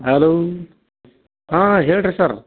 hello ಹಾಂ ಹೇಳಿರಿ sir